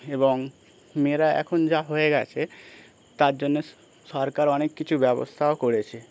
এবং মেয়েরা এখন যা হয়ে গেছে তার জন্যে সরকার অনেক কিছু ব্যবস্থাও করেছে